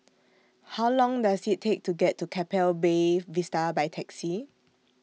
How Long Does IT Take to get to Keppel Bay Vista By Taxi